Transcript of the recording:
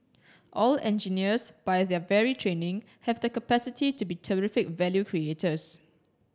all engineers by their very training have the capacity to be terrific value creators